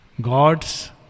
God's